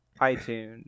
iTunes